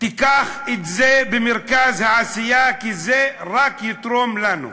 תיקח את זה במרכז העשייה, כי זה רק יתרום לנו.